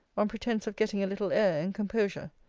on pretence of getting a little air and composure.